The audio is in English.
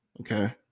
okay